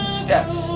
steps